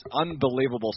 unbelievable